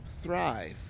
thrive